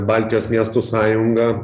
baltijos miestų sąjunga